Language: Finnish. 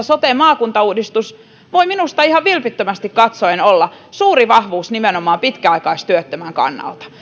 sote maakuntauudistus voi minusta ihan vilpittömästi katsoen olla suuri vahvuus nimenomaan pitkäaikaistyöttömän kannalta